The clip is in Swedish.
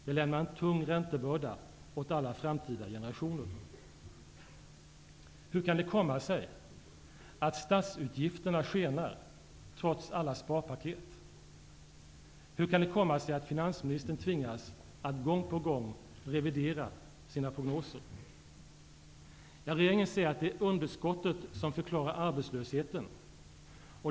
Det lämnar en tung räntebörda åt alla framtida generationer. Hur kan det komma sig att statsutgifterna skenar, trots alla sparpaket? Hur kan det komma sig att finansministern tvingas att gång på gång revidera sina prognoser? Regeringen säger att det är underskottet som förklarar arbetslösheten.